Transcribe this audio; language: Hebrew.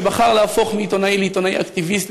שבחר להפוך מעיתונאי לעיתונאי אקטיביסט,